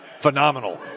phenomenal